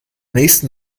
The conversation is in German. nächsten